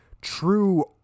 true